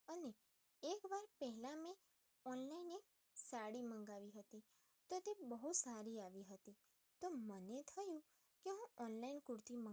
અને એકવાર પહેલા મેં ઓનલાઈન એક સાડી મંગાવી હતી તો તે બહુ સારી આવી હતી તો મને થયું કે હું ઓનલાઈન કુર્તી મંગાવું